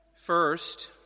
First